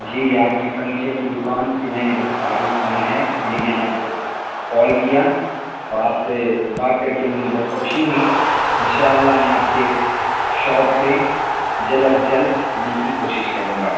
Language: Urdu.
جی آپ کی فرنیچر کی دکان کی میں نے بہت تعریف سنا ہے اسی لیے میں نے آپ کو کال کیا اور آپ سے بات کر کے مجھے بہت خوشی ہوئی ان شاء اللہ میں آپ کے شاپ پہ جلد از جلد آنے کی کوشش کروں گا